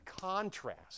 contrast